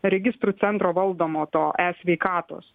registrų centro valdomo to esveikatos